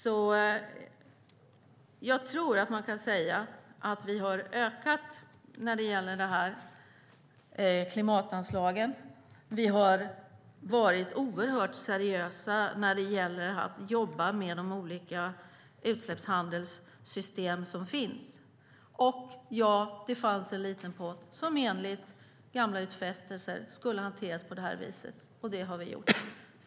Jag tror att man kan säga att vi har ökat när det gäller de här klimatanslagen. Vi har varit oerhört seriösa när det gäller att jobba med de olika utsläppshandelssystem som finns. Och, ja, det fanns en liten pott som enligt gamla utfästelser skulle hanteras på det här viset, och det har vi gjort.